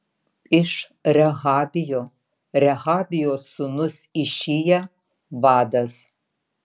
iš rehabijo rehabijo sūnus išija vadas